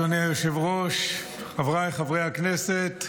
אדוני היושב-ראש, חבריי חברי הכנסת,